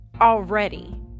already